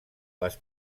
les